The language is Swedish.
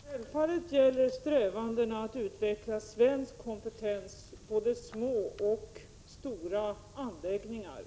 Herr talman! Självfallet gäller strävandena att utveckla svensk kompetens när det gäller både små och stora anläggningar,